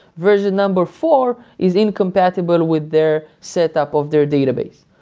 version number four is incompatible with their setup of their database.